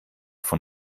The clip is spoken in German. von